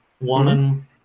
woman